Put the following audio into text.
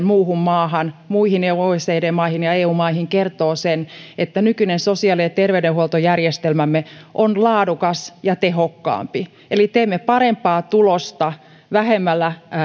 muuhun maahan muihin oecd maihin ja eu maihin kertovat sen että nykyinen sosiaali ja terveydenhuoltojärjestelmämme on laadukas ja tehokkaampi eli teemme parempaa tulosta vähemmällä